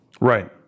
Right